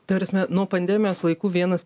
ta prasme nuo pandemijos laikų vienas